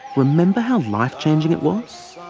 remember how life changing it was?